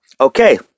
Okay